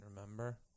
remember